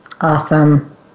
Awesome